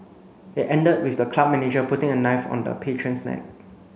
it ended with the club manager putting a knife on the patron's neck